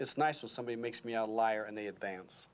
it's nice for somebody makes me a liar and the advance